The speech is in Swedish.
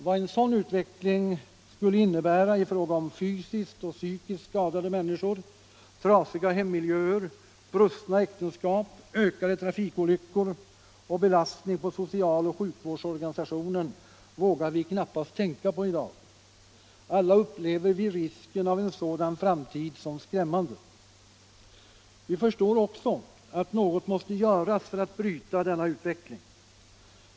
Vad en sådan utveckling skulle innebära i fråga om fysiskt och psykiskt skadade människor, trasiga hemmiljöer, brustna äktenskap, ökade trafikolyckor och belastning på social och sjukvårdsorganisationen vågar vi knappast tänka Allmänpolitisk debatt Allmänpolitisk debatt på. Alla upplever vi risken av en sådan framtid som skrämmande. Vi förstår också att något måste göras för att bryta denna utveckling.